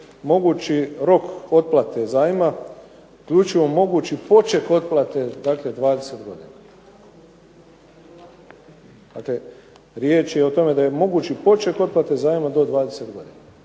mogući rok otplate zajma isključivo mogući i poček otplate 20 godina. Dakle, riječ je o tome da je moguć poček otplate zajma do 20 godina.